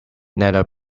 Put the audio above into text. nether